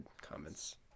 comments